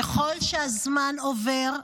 ככל שהזמן עובר,